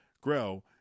grow